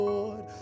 Lord